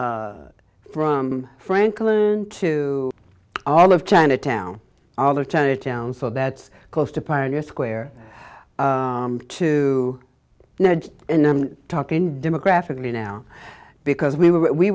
from franklin to all of chinatown all of chinatown so that's close to pioneer square to now in i'm talking demographically now because we were we